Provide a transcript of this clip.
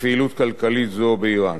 לפעילות כלכלית זו באירן.